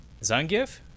Zangief